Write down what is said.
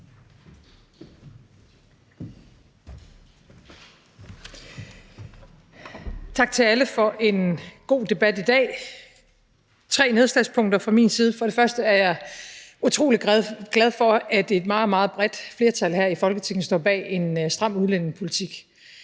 Tak til alle for en god debat i dag. Der er tre nedslagspunkter fra min side. Først er jeg utrolig glad for, at et meget, meget bredt flertal her i Folketinget står bag en stram udlændingepolitik,